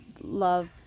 love